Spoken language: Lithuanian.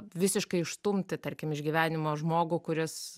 visiškai išstumti tarkim iš gyvenimo žmogų kuris